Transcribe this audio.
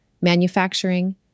manufacturing